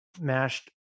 mashed